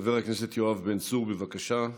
חבר הכנסת יואב בן צור, בבקשה.